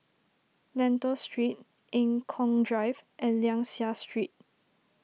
Lentor Street Eng Kong Drive and Liang Seah Street